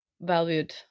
valued